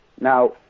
Now